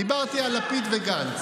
דיברתי על לפיד ועל גנץ.